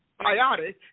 biotic